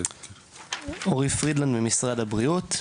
אורי פרידלנד ממשרד הבריאות.